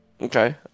Okay